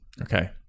Okay